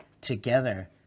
together